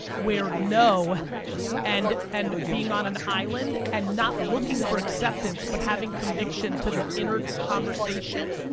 where no and and being on an island, and not looking for acceptance, but having conviction, to the inner conversation,